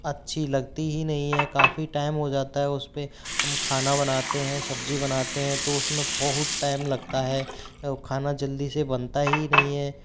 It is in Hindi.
अच्छी लगती ही नहीं है काफ़ी टाइम हो जाता है उसपे हम खाना बनाते हैं सब्जी बनाते हैं तो उसमें बहुत टाइम लगता है और खाना जल्दी से बनता ही नहीं है